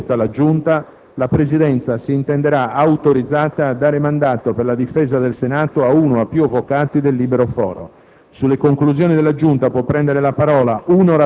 Se l'Assemblea converrà con le conclusioni cui è pervenuta la Giunta, la Presidenza si intenderà autorizzata a dare mandato per la difesa del Senato a uno o più avvocati del libero Foro.